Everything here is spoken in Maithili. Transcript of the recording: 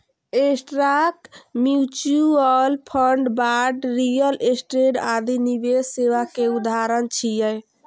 stock, mutual fund, bond, real estate आदि निवेश सेवा के उदाहरण छियै